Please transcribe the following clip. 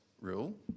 rule